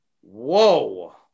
Whoa